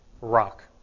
rock